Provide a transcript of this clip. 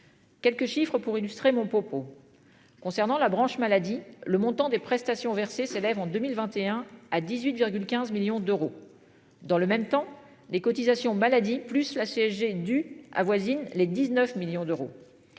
Quelques chiffres pour illustrer mon propos. Concernant la branche maladie, le montant des prestations versées s'élève en 2021 à 18,15 millions d'euros dans le même temps les cotisations maladie plus la CSG du avoisine les 19 millions d'euros.